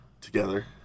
Together